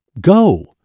Go